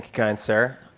kind sir.